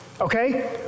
okay